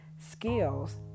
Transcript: skills